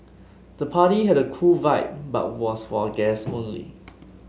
the party had a cool vibe but was for guests only